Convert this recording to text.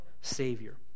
Savior